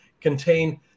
contain